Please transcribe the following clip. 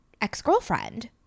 ex-girlfriend